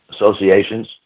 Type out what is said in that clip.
associations